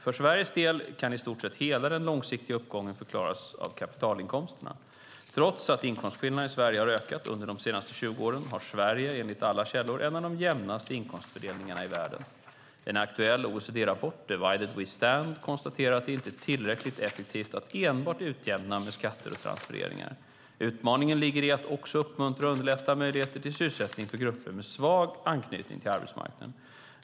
För Sveriges del kan i stort sett hela den långsiktiga uppgången förklaras av kapitalinkomsterna. Trots att inkomstskillnaderna i Sverige har ökat under de senaste 20 åren har Sverige enligt alla källor en av de jämnaste inkomstfördelningarna i världen. En aktuell OECD-rapport, Divided We Stand , konstaterar att det inte är tillräckligt effektivt att enbart utjämna med skatter och transfereringar. Utmaningen ligger i att också uppmuntra och underlätta möjligheter till sysselsättning för grupper med svag anknytning till arbetsmarknaden.